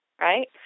right